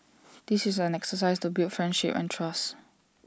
this is an exercise to build friendship and trust